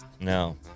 No